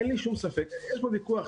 אין לי שום ספק ואין פה ויכוח,